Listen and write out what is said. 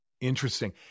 Interesting